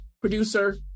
producer